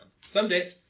Someday